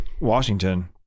Washington